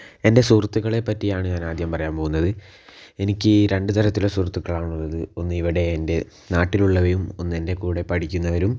എൻ്റെ സുഹൃത്തുക്കളെപ്പറ്റിയാണ് ഞാൻ ആദ്യം പറയാൻ പോവുന്നത് എനിക്ക് രണ്ടു തരത്തിലുള്ള സുഹൃത്തുക്കളാണ് ഉള്ളത് ഒന്ന് ഇവിടെ എൻ്റെ നാട്ടിൽ ഉള്ളവരും ഒന്ന് എൻ്റെ കൂടെ പഠിക്കുന്നവരും